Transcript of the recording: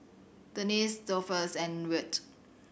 Denese Dolphus and Wirt